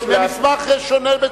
זה מסמך שונה בתכלית.